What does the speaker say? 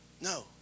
No